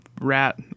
rat